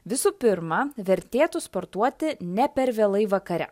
visų pirma vertėtų sportuoti ne per vėlai vakare